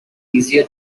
easier